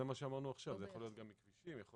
זה מה שאמרנו עכשיו שזה יכול להיות גם מכבישים וגם...